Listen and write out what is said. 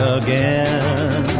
again